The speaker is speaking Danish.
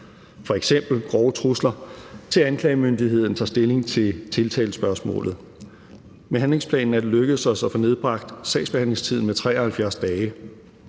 f.eks. grove trusler, til anklagemyndigheden tager stilling til tiltalespørgsmålet. Med handlingsplanen er det lykkedes os at få nedbragt sagsbehandlingstiden med 73 dage,